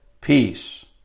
peace